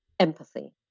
Empathy